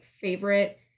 favorite